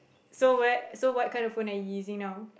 so where so what kind of phone are you using now